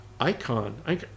icon